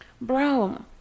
bro